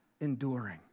enduring